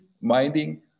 minding